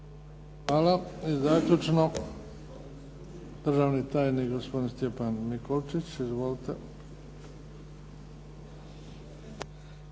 Hvala. I zaključno, državni tajnik gospodin Stjepan Mikolčić. Izvolite.